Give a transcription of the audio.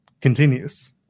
continues